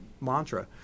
mantra